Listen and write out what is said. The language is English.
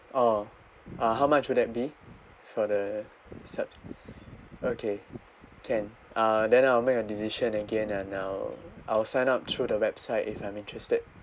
oh uh how much would that be for the sub~ okay ten uh then I'll make a decision again and I'll I'll sign up through the website if I'm interested